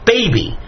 Baby